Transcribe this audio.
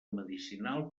medicinal